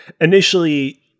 initially